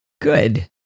Good